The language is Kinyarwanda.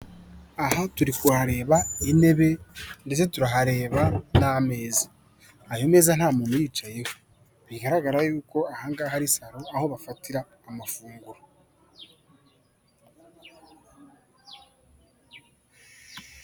Aha turi kuhareba intebe, ndetse turahareba n'ameza, ayo meza nta muntu uyicayeho bigaragara yuko ahangaha ari saro, aho bafatira amafunguro.